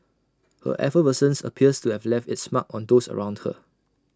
her effervescence appears to have left its mark on those around her